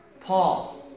Paul